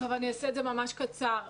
אני אעשה את זה ממש קצר.